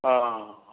हाँ हाँ